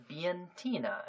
Bientina